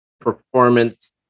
performance